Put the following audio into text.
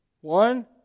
one